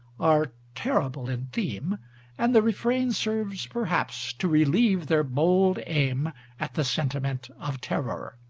are terrible in theme and the refrain serves, perhaps, to relieve their bold aim at the sentiment of terror.